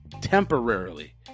temporarily